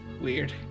weird